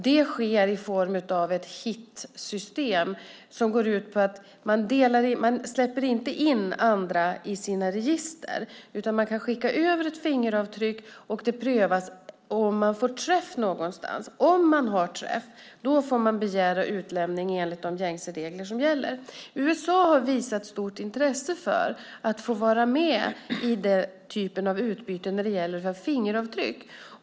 Det sker i form av ett HIT-system som går ut på att man inte släpper in andra i sina register, utan man kan skicka över ett fingeravtryck för att pröva om man får träff någonstans. Om man får träff får man begära utlämning enligt de gängse reglerna. USA har visat stort intresse för att få vara med i den typ av utbyte som gäller fingeravtryck.